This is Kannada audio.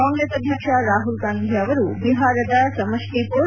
ಕಾಂಗೆಸ್ ಅಧ್ಯಕ್ಷ ರಾಹುಲ್ ಗಾಂಧಿ ಅವರು ಬಿಹಾರದ ಸಮಷ್ಠಿಪುರ್